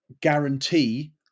guarantee